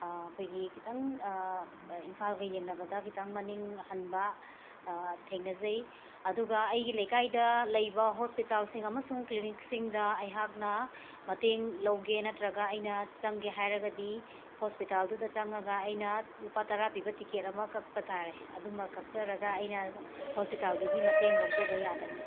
ꯑꯩꯈꯣꯏꯒꯤ ꯈꯤꯇꯪ ꯏꯝꯐꯥꯜꯒ ꯌꯦꯡꯅꯕꯗ ꯈꯤꯇꯪ ꯃꯅꯤꯡ ꯍꯟꯕ ꯊꯦꯡꯅꯖꯩ ꯑꯗꯨꯒ ꯑꯩꯒꯤ ꯂꯩꯀꯥꯏꯗ ꯂꯩꯕ ꯍꯣꯁꯄꯤꯇꯥꯜꯁꯤꯡ ꯑꯃꯁꯨꯡ ꯀ꯭ꯂꯤꯅꯤꯛꯁꯤꯡꯗ ꯑꯩꯍꯥꯛꯅ ꯃꯇꯦꯡ ꯂꯧꯒꯦ ꯅꯠꯇ꯭ꯔꯒ ꯑꯩꯅ ꯆꯪꯒꯦ ꯍꯥꯏꯔꯒꯗꯤ ꯍꯣꯁꯄꯤꯇꯥꯜꯗꯨꯗ ꯆꯪꯉꯒ ꯑꯩꯅ ꯂꯨꯄꯥ ꯇꯔꯥ ꯄꯤꯕ ꯇꯤꯀꯦꯠ ꯑꯃ ꯀꯛꯄ ꯇꯥꯔꯦ ꯑꯗꯨꯃ ꯀꯛꯆꯔꯒ ꯑꯩꯅ ꯍꯣꯁꯄꯤꯇꯥꯜꯗꯨꯒꯤ ꯃꯇꯦꯡ ꯂꯧꯖꯕ ꯌꯥꯒꯅꯤ